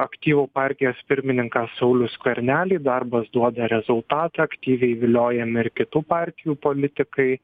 aktyvų partijos pirmininką saulių skvernelį darbas duoda rezultatą aktyviai viliojami ir kitų partijų politikai